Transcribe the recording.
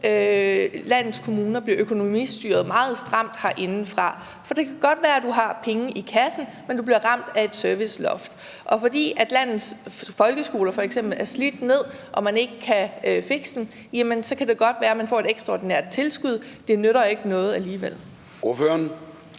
landets kommuner bliver økonomistyret meget stramt på herindefra. For det kan godt være, du har penge i kassen, men du bliver ramt af et serviceloft. Og fordi landets folkeskoler f.eks. er slidt ned og man ikke kan fikse dem, kan det godt være, man får et ekstraordinært tilskud. Det nytter ikke noget alligevel.